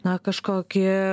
na kažkokie